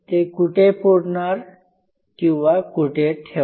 ते कुठे पुरणार किंवा कुठे ठेवणार